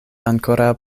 ankoraŭ